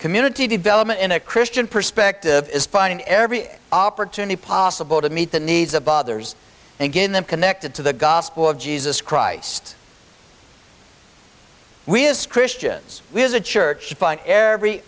community development in a christian perspective is finding every opportunity possible to meet the needs of others and gain them connected to the gospel of jesus christ we as christians we as a church